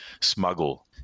smuggle